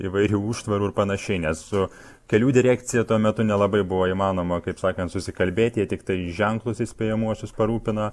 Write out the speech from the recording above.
įvairių užtvarų ir panašiai nes su kelių direkcija tuo metu nelabai buvo įmanoma kaip sakant susikalbėti jie tiktai ženklus įspėjamuosius parūpina